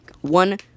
One